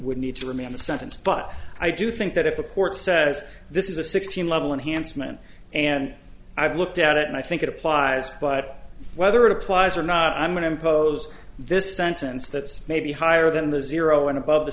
would need to remain in the sentence but i do think that if a court says this is a sixteen level enhanced man and i've looked at it and i think it applies but whether it applies or not i'm going to impose this sentence that's maybe higher than the zero and above the